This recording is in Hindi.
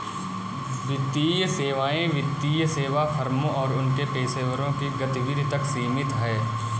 वित्तीय सेवाएं वित्तीय सेवा फर्मों और उनके पेशेवरों की गतिविधि तक सीमित हैं